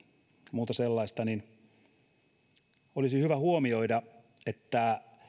muuta sellaista olisi hyvä huomioida että